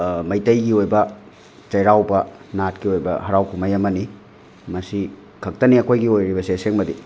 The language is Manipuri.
ꯃꯩꯇꯩꯒꯤ ꯑꯣꯏꯕ ꯆꯩꯔꯥꯎꯕ ꯅꯥꯠꯀꯤ ꯑꯣꯏꯕ ꯍꯔꯥꯎ ꯀꯨꯝꯍꯩ ꯑꯃꯅꯤ ꯃꯁꯤ ꯈꯛꯇꯅꯤ ꯑꯩꯈꯣꯏꯒꯤ ꯑꯣꯏꯔꯤꯕꯁꯦ ꯑꯁꯦꯡꯕꯗꯤ